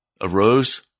arose